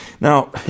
Now